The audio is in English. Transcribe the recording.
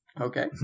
Okay